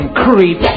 creep